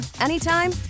anytime